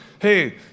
hey